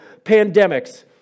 pandemics